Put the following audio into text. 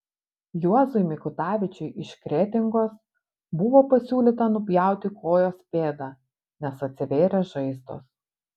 juozui mikutavičiui iš kretingos buvo pasiūlyta nupjauti kojos pėdą nes atsivėrė žaizdos